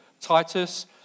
Titus